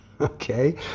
Okay